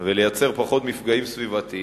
ולייצר פחות מפגעים סביבתיים.